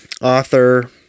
author